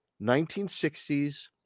1960s